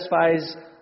satisfies